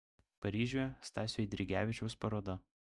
paryžiuje stasio eidrigevičiaus paroda